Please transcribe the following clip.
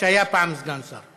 שהיה פעם סגן שר.